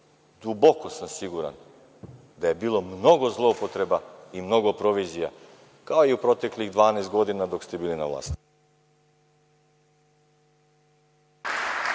duboko sam siguran da je bilo mnogo zloupotreba i mnogo provizija, kao i u proteklih 12 godina, kada ste bili na vlasti.